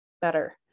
better